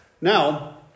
Now